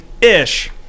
ish